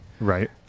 right